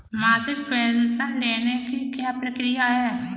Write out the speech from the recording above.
मासिक पेंशन लेने की क्या प्रक्रिया है?